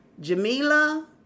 Jamila